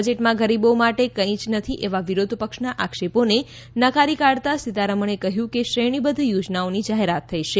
બજેટમાં ગરીબો માટે કઈ જ નથી એવા વિરોધપક્ષના આક્ષેપોને નકારી કાઢતા સુશ્રી સીતારમણે કહ્યું કે શ્રેણીબદ્ધ યોજનાઓની જાહેરાત થઈ છે